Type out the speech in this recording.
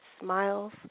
smiles